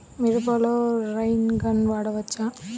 మిరపలో rain gun వాడవచ్చా?